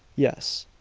yes.